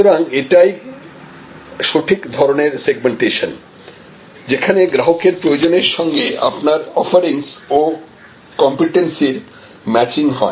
সুতরাং এটাই সঠিক ধরনের সেগমেন্টেশন যেখানে গ্রাহকের প্রয়োজনের সঙ্গে আপনার অফারিংস ও কম্পিটেন্সির ম্যাচিং হয়